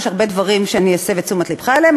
יש הרבה דברים שאני אסב את תשומת לבך אליהם,